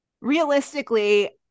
Realistically